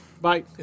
Bye